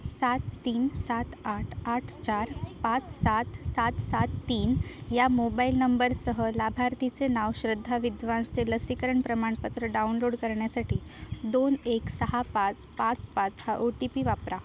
सात तीन सात आठ आठ चार पाच सात सात सात तीन या मोबाईल नंबरसह लाभार्थीचे नाव श्रद्धा विद्वांसचे लसीकरण प्रमाणपत्र डाउनलोड करण्यासाठी दोन एक सहा पाच पाच पाच हा ओ टी पी वापरा